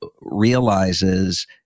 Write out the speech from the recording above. realizes